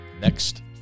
next